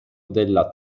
della